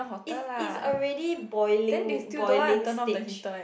is is already boiling boiling stage